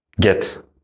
get